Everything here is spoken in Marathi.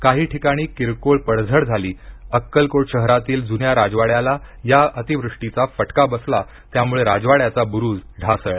काही ठिकाणी किरकोळ पडझड झाली अक्कलकोट शहरातील जुन्या राजवाड्याला या अतिवृष्टीचा फटका बसला त्याम्ळे राजवाड्याचा ब्रुज ढासळला